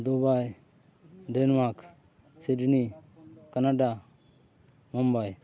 Dubai Denmark Sydney Canada Mumbai